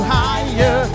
higher